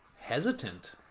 hesitant